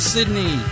Sydney